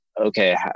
okay